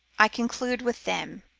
i conclude with them